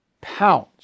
pounce